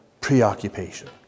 preoccupation